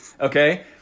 okay